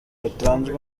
batanzwe